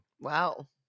Wow